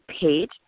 page